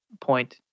point